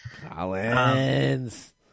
Collins